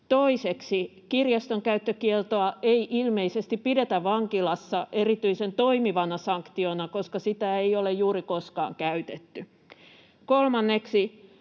Toiseksi kirjaston käyttökieltoa ei ilmeisesti pidetä vankilassa erityisen toimivana sanktiona, koska sitä ei ole juuri koskaan käytetty. Kolmanneksi